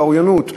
באוריינות,